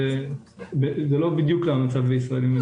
וזה לא בדיוק המצב בישראל.